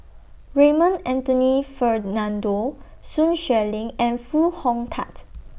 Raymond Anthony Fernando Sun Xueling and Foo Hong Tatt